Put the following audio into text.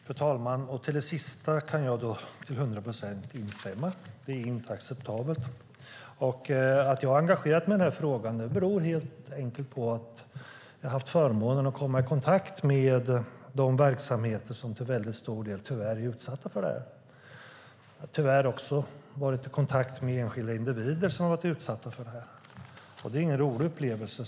Fru talman! I det sista kan jag instämma till hundra procent: Det är inte acceptabelt. Att jag har engagerat mig i den här frågan beror helt enkelt på att jag har haft förmånen att komma i kontakt med de verksamheter som till stor del tyvärr är utsatta för det här. Jag har också varit i kontakt med enskilda individer som tyvärr har varit utsatta för det. Det är ingen rolig upplevelse.